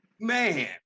Man